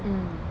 mmhmm